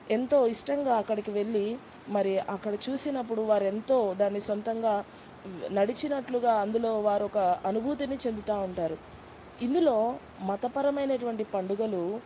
ఎంతో ఇష్టంగా అక్కడికి వెళ్ళి మరి అక్కడ చూసినప్పుడు వారు ఎంతో దాన్ని సొంతంగా నడిచినట్లుగా అందులో వారొక అనుభూతిని చెందుతా ఉంటారు ఇందులో మతపరమైనటువంటి పండుగలు